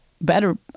better